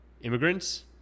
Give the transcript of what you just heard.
immigrants